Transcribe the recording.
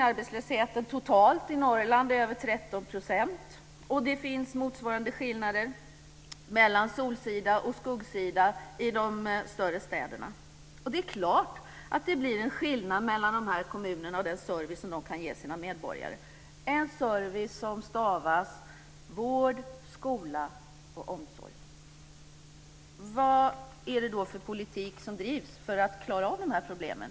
Arbetslösheten totalt i Norrland är över 13 %, och det finns motsvarande skillnader mellan solsida och skuggsida i de större städerna. Det är klart att det blir en skillnad mellan de här kommunerna när det gäller den service som de kan ge sina medborgare, en service som stavas vård, skola och omsorg. Vad är det då för politik som drivs för att man ska klara av de här problemen?